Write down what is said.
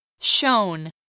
Shown